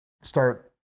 start